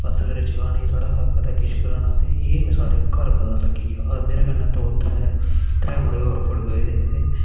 पलस्तर चकाने कदें साढ़े कशा कदें किश कराना ते एह् साढ़े घर पता लग्गी गेआ मेरे कन्नै द'ऊं त्रैऽ त्रैऽ मुड़े होर पकड़ोए दे हे ते